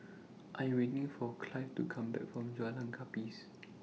I Am waiting For Clive to Come Back from Jalan Gapis